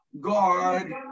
guard